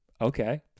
okay